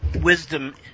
wisdom